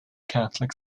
catholic